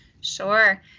Sure